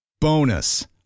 Bonus